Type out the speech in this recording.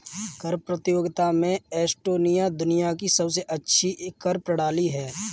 कर प्रतियोगिता में एस्टोनिया दुनिया की सबसे अच्छी कर प्रणाली है